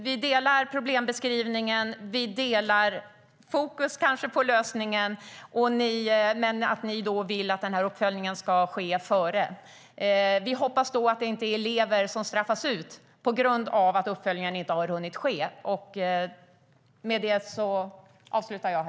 Vi delar problembeskrivning och fokus på lösning, men ni vill att uppföljningen ska ske före. Vi får hoppas att elever inte straffas ut på grund av att uppföljningen inte har hunnit ske.